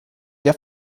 der